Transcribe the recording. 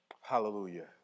Hallelujah